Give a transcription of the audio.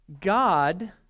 God